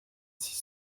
six